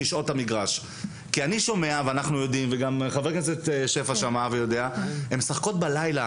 כי אחד הדברים שמאוד מאוד חשובים לשחקניות,